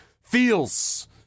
feels